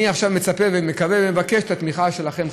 אני עכשיו מצפה ומקווה ומבקש את התמיכה שלכם,